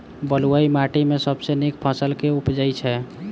बलुई माटि मे सबसँ नीक फसल केँ उबजई छै?